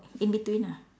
in between ah